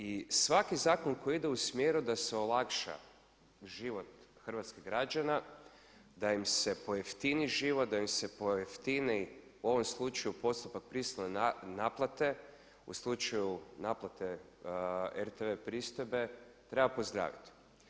I svaki zakon koji ide u smjeru da se olakša život hrvatskih građana, da im se pojeftini život, da im se pojeftini u ovom slučaju postupak prisilne naplate u slučaju naplate RTV pristojbe treba pozdraviti.